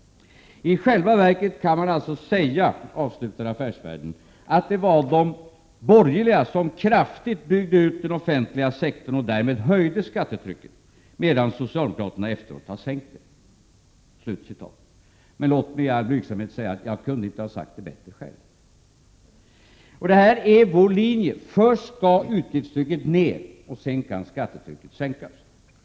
I själva verket kan man alltså säga” — avslutar Affärsvärlden — ”att det var de borgerliga som kraftigt byggde ut den offentliga sektorn och därmed höjde skattetrycket, medan socialdemokraterna efteråt har sänkt det.” Låt mig i all blygsamhet säga att jag inte kunde ha sagt det bättre själv. Vår linje är att först skall utgiftstrycket ned, sedan skall skattetrycket sänkas.